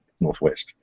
northwest